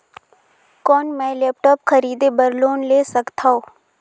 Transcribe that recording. कौन मैं लेपटॉप खरीदे बर लोन ले सकथव?